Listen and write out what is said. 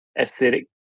aesthetic